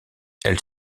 elle